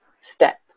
step